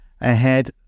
ahead